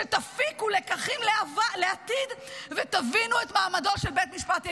שתפיקו לקחים לעתיד ותבינו את מעמדו של בית משפט עליון.